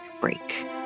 break